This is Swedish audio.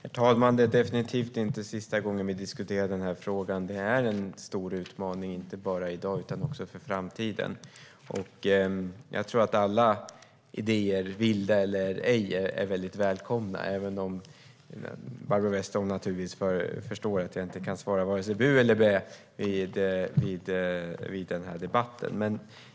Herr talman! Det är definitivt inte sista gången vi diskuterar den här frågan. Det är en stor utmaning, inte bara i dag utan också för framtiden. Alla idéer, vilda eller ej, är välkomna även om Barbro Westerholm naturligtvis förstår att jag inte kan svara vare sig bu eller bä i den här debatten.